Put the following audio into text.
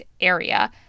area